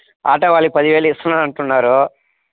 auto వాళ్ళకి పదివేలు ఇస్తున్నాం అంటున్నారు